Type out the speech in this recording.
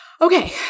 Okay